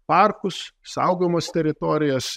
parkus saugomas teritorijas